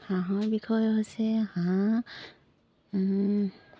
হাঁহৰ বিষয়ে হৈছে হাঁহ